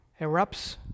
erupts